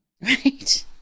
Right